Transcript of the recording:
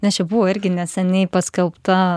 nes čia buvo irgi neseniai paskelbta